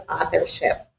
authorship